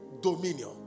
dominion